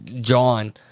John